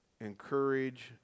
encourage